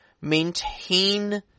Maintain